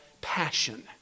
passion